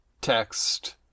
text